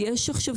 יש לנו